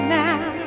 now